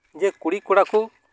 ᱡᱮ ᱠᱩᱲᱤ ᱠᱚᱲᱟ ᱠᱚ